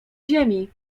ziemi